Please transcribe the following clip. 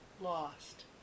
lost